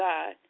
God